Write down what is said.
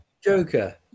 Joker